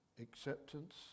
acceptance